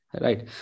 right